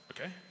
okay